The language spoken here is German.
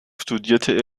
studierte